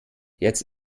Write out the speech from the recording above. jetzt